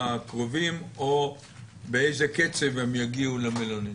הקרובים או באיזה קצב הם יגיעו למלונית?